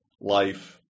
life